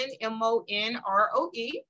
M-O-N-R-O-E